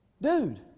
dude